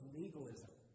legalism